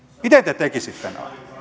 miten te tekisitte